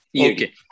Okay